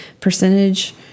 percentage